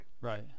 Right